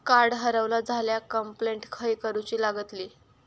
Card हरवला झाल्या complaint खय करूची लागतली?